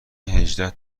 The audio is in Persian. هجده